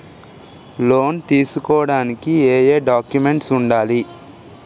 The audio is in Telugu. లోన్ తీసుకోడానికి ఏయే డాక్యుమెంట్స్ వుండాలి?